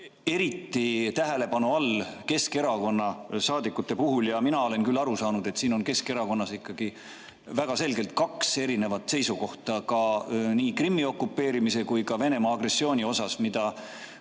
eriti tähelepanu all Keskerakonna saadikute puhul. Mina olen küll aru saanud, et siin on Keskerakonnas väga selgelt kaks erinevat seisukohta nii Krimmi okupeerimise kui ka Venemaa agressiooni osas, mida